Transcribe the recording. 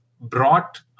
brought